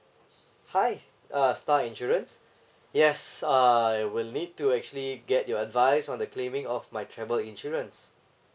hi uh star insurance yes I will need to actually get your advice on the claiming of my travel insurance